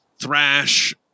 thrash